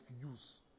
use